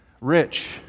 rich